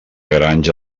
granja